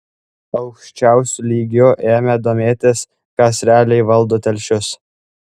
aukščiausiu lygiu ėmė domėtis kas realiai valdo telšius